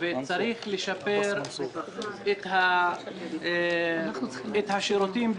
וצריך לשפר את השירותים,